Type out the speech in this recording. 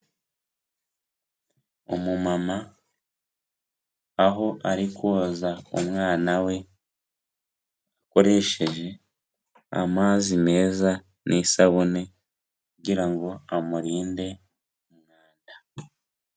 Umu mama aho ari koza umwana we, akoresheje amazi meza n'isabune kugira ngo amurinde umwanda.